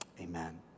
Amen